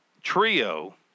trio